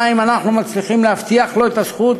אם אנחנו מצליחים להבטיח לו את הזכות